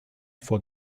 vor